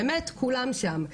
באמת כולם שם,